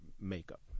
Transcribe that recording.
makeup